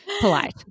polite